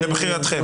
לבחירתכם.